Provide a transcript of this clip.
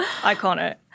Iconic